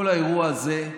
כל האירוע הזה,